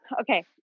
okay